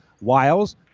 Wiles